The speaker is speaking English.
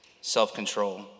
self-control